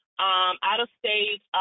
out-of-state